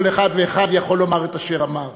כל אחד ואחד יכול לומר את אשר אמר.